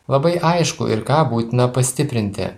labai aišku ir ką būtina pastiprinti